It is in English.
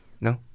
no